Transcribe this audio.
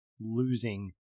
losing